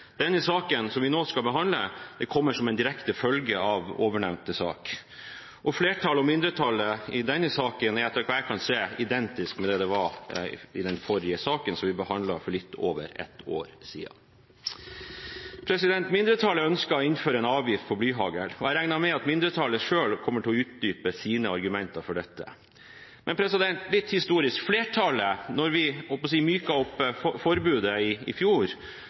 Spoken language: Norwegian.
denne saken er, etter hva jeg kan se, identisk med det det var i den forrige saken, som vi behandlet for litt over et år siden. Mindretallet ønsker å innføre en avgift på blyhagl, og jeg regner med at mindretallet selv kommer til å utdype sine argumenter for det. Litt historie: Da vi myket opp forbudet i fjor,